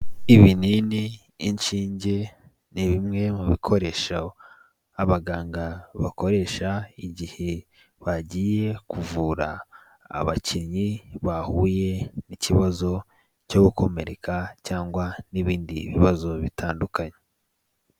Ibinini, inshinge, ni bimwe mu bikoresho abaganga bakoresha, igihe bagiye kuvura abakinnyi bahuye n'ikibazo cyo gukomereka cyangwa n'ibindi bibazo bitandukanye.